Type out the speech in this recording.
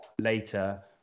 later